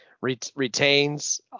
retains